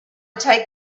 take